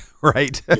right